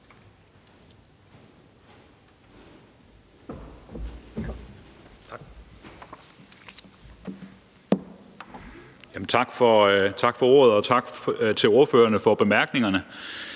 Tak for ordet, og tak til ordførerne for bemærkningerne.